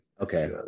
Okay